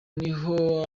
niho